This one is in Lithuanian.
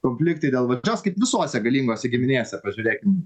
konfliktai dėl valdžios kaip visose galingose giminėse pažiūrėkim